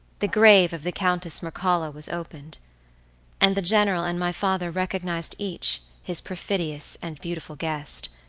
the grave of the countess mircalla was opened and the general and my father recognized each his perfidious and beautiful guest,